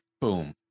boom